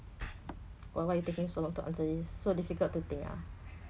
why why you taking so long to answer this so difficult to think ah